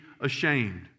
ashamed